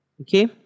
Okay